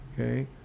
Okay